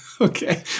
Okay